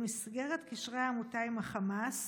במסגרת קשרי העמותה עם חמאס,